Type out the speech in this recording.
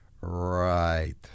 Right